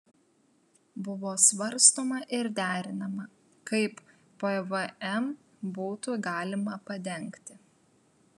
buvo svarstoma ir derinama kaip pvm būtų galima padengti